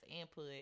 input